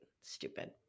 Stupid